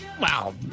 Wow